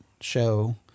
show